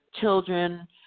children